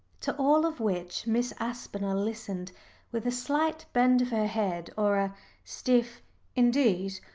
to all of which miss aspinall listened with a slight bend of her head or a stiff indeed,